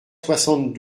soixante